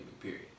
period